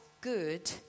good